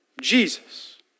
Jesus